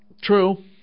true